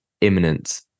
imminent